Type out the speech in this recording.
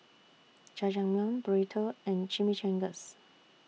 Jajangmyeon Burrito and Chimichangas